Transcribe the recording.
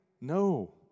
No